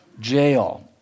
jail